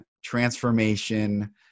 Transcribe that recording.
transformation